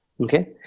Okay